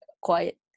quiet